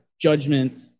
judgment